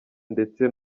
ndetse